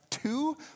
Two